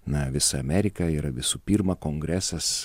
na visa amerika yra visų pirma kongresas